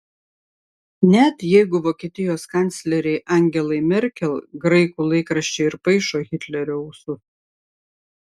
net jeigu vokietijos kanclerei angelai merkel graikų laikraščiai ir paišo hitlerio ūsus